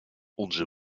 onze